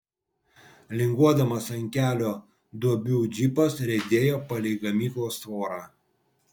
linguodamas ant kelio duobių džipas riedėjo palei gamyklos tvorą